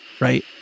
right